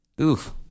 Oof